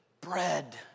bread